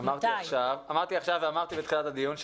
אמרתי עכשיו ואמרתי בתחילת הדיון,